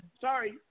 Sorry